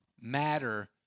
matter